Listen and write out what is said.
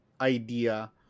idea